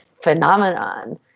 phenomenon